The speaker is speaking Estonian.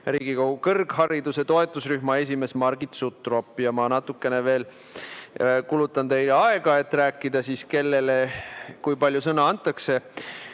Riigikogu kõrghariduse toetusrühma esimees Margit Sutrop. Ma natukene veel kulutan teie aega, et rääkida sellest, kellele ja kui pikalt sõna antakse.